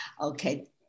Okay